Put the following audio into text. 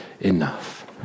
enough